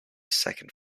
second